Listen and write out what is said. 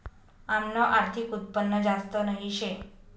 आमनं आर्थिक उत्पन्न जास्त नही शे